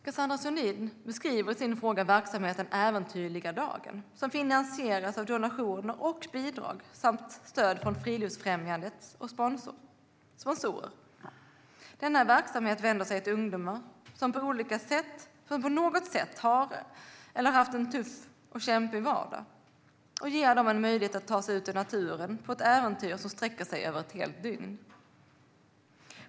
Cassandra Sundin beskriver i sin fråga verksamheten Äventyrliga dagen, som finansieras av donationer och bidrag samt stöd från Friluftsfrämjandet och sponsorer. Denna verksamhet vänder sig till ungdomar som på något sätt har eller haft en tuff och kämpig vardag och ger dem möjlighet att ta sig ut i naturen på ett äventyr som sträcker sig över ett helt dygn.